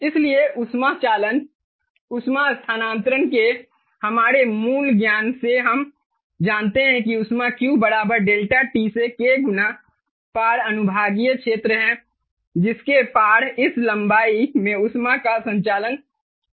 इसलिए ऊष्मा चालन ऊष्मा स्थानांतरण के हमारे मूल ज्ञान से हम जानते हैं कि ऊष्मा Q बराबर ΔT से K गुना पार अनुभागीय क्षेत्र है जिसके पार इस लंबाई में ऊष्मा का संचालन होता है